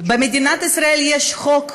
במדינת ישראל יש חוק,